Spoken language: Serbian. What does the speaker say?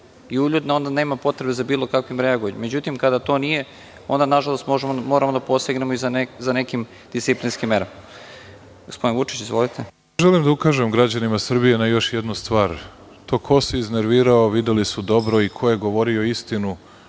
i uljudna, onda nema potrebe za bilo kakvim reagovanjem. Međutim, kada to nije, onda nažalost moramo da posegnemo i za nekim disciplinskim merama. Reč ima gospodin Vučić. Izvolite. **Aleksandar Vučić** Želim da ukažem građanima Srbije na jednu stvar, to ko se iznervirao videli su dobro i ko je govorio istinu,